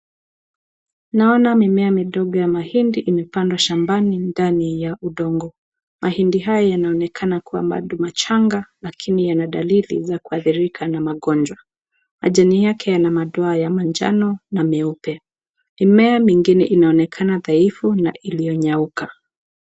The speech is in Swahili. Naona mimea midogo ya mahindi imepandwa shambani ndani ya udongo. Mahindi haya yanaonekana kuwa bado machanga lakini yana dalili za kuathirika na magonjwa. Majani yake yana madoa ya manjano na meupe. Mimea mingine inaonekana dhaifu na iliyonyauka.